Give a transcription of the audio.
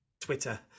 Twitter